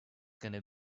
gonna